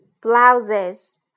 blouses